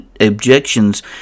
objections